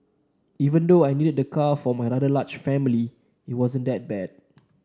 even though I needed the car for my rather large family it wasn't that bad